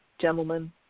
gentlemen